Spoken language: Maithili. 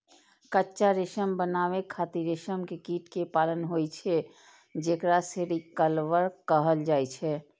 कच्चा रेशम बनाबै खातिर रेशम के कीट कें पालन होइ छै, जेकरा सेरीकल्चर कहल जाइ छै